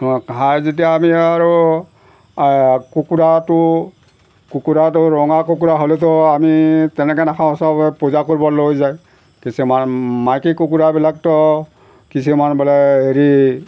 খাই যেতিয়া আমি আৰু কুকুৰাটো কুকুৰাটো ৰঙা কুকুৰা হ'লেতো আমি তেনেকৈ নাখাওঁ চবে পূজা কৰিব লৈ যায় কিছুমান মাইকী কুকুৰাবিলাকতো কিছুমান বোলে হেৰি